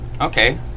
Okay